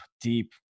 deep